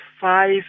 five